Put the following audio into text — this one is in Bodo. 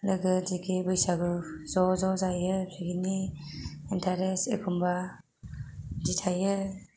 लोगो दिगि बैसागु ज' ज' जायो पिकनिक इन्थारेस्ट एखम्बा इदि थायो